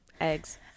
eggs